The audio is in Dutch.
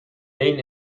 één